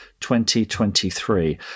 2023